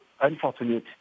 unfortunate